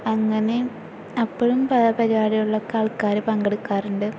അങ്ങനെ അപ്പോഴും പരിപാടികളിലൊക്കെ ആള്ക്കാൾ പങ്കെടുക്കാറുണ്ട്